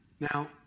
Now